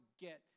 get